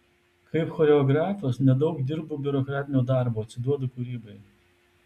kaip choreografas nedaug dirbu biurokratinio darbo atsiduodu kūrybai